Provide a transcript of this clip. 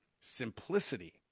simplicity